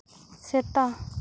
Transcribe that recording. ᱥᱮᱛᱟ